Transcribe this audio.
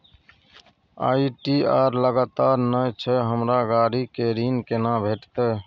ITR लगातार नय छै हमरा गाड़ी के ऋण केना भेटतै?